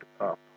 up